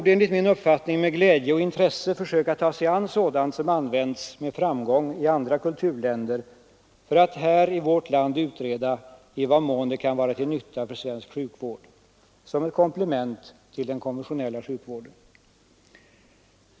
Enligt min uppfattning borde man med glädje och intresse försöka ta sig an sådant som med framgång används i andra kulturländer för att utreda i vad mån det kan vara till nytta för svensk sjukvård som ett komplement till den konventionella sjukvården.